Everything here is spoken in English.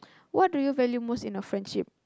what do you value most in a friendship